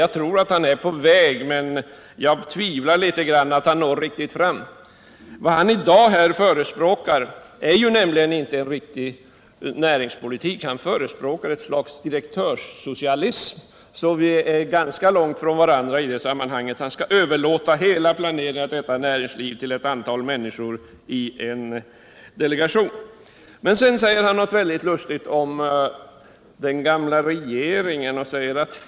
Jag tror att han är på väg, men jag tvivlar litet på att han når riktigt fram. Vad han i dag förespråkar är nämligen inte en riktig näringspolitik. Han förespråkar ett slags direktörssocialism, så vi är ganska långt från varandra i det sammanhanget. Han skall överlåta hela planeringen av detta näringsliv till ett antal människor i en delegation. Men sedan säger han något väldigt lustigt om den gamla regeringen.